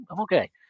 okay